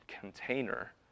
container